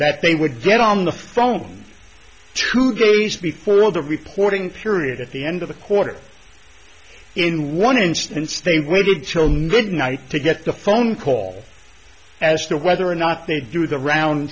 that they would get on the phone two days before all the reporting period at the end of the quarter in one instance they waited until now good night to get the phone call as to whether or not they'd do the round